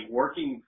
working